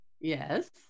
Yes